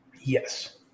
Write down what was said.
Yes